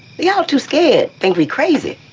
they all too scared, think we crazy.